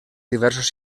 diversos